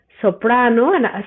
soprano